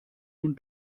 nun